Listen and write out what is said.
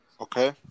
Okay